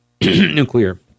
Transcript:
Nuclear